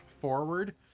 forward